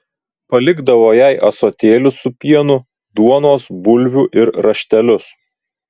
palikdavo jai ąsotėlius su pienu duonos bulvių ir raštelius